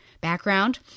background